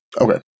Okay